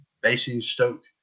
Basingstoke